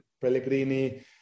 Pellegrini